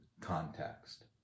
context